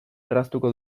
erraztuko